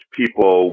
people